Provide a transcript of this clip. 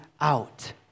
out